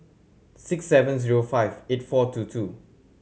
six seven zero five eight four two two